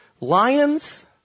Lions